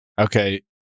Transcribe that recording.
Okay